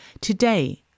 Today